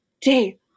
day